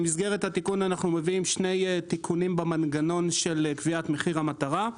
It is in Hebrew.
אנחנו מביאים שני תיקונים במנגנון של קביעת מחיר המטרה.